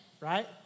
Right